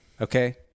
Okay